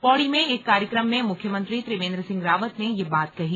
पौड़ी में एक कार्यक्रम में मुख्यमंत्री त्रिवेंद्र सिंह रावत ने ये बात कही